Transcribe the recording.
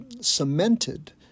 cemented